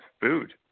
food